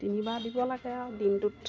তিনিবাৰ দিব লাগে আৰু দিনটোত